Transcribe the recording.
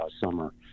summer